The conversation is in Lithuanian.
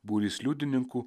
būrys liudininkų